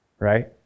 right